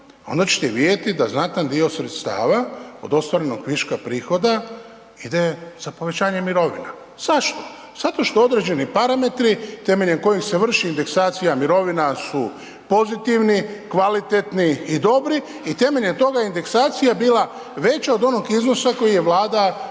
ona ćete vidjeti da znatan dio sredstava od ostvarenog viška prihoda ide za povećanje mirovina. Zašto? Zato što određeni parametri temeljem kojih se vrši indeksacija mirovina su pozitivni, kvalitetni i dobri i temeljem toga indeksacija je bila veća od onog iznosa koji je Vlada planirala